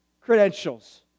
credentials